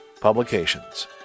publications